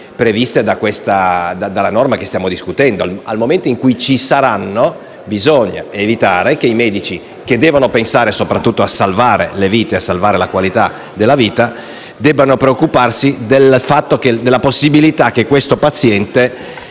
previste dalla norma che stiamo discutendo. Nel momento in cui ci saranno, bisogna evitare che i medici, che devono pensare soprattutto a salvare le vite e la qualità della vita, debbano preoccuparsi della possibilità che il paziente